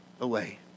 away